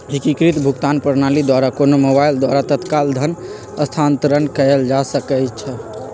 एकीकृत भुगतान प्रणाली द्वारा कोनो मोबाइल द्वारा तत्काल धन स्थानांतरण कएल जा सकैछइ